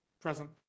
present